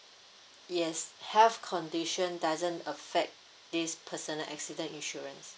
yes health condition doesn't affect this personal accident insurance